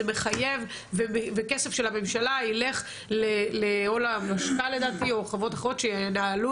זה מחייב וכסף של הממשלה ילך או למשכ"ל לדעתי או לחברות אחרות שינהלו